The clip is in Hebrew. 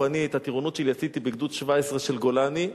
ואני את הטירונות שלי עשיתי בגדוד 17 של גולני,